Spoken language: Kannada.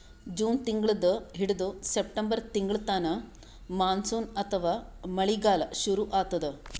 ಜೂನ್ ತಿಂಗಳಿಂದ್ ಹಿಡದು ಸೆಪ್ಟೆಂಬರ್ ತಿಂಗಳ್ತನಾ ಮಾನ್ಸೂನ್ ಅಥವಾ ಮಳಿಗಾಲ್ ಶುರು ಆತದ್